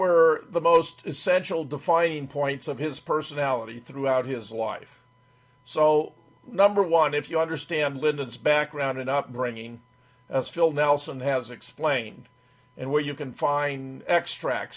were the most essential defining points of his personality throughout his life so number one if you understand linden's background and upbringing as phil nelson has explained and where you can find extract